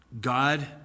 God